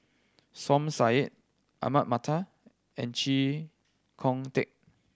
Som Said Ahmad Mattar and Chee Kong Tet